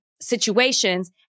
situations